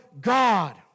God